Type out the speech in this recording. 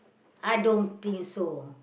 I don't think so